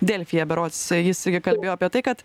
delfyje berods jis irgi kalbėjo apie tai kad